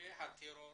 פיגועי הטרור